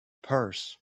purse